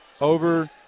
Over